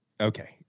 Okay